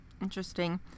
Interesting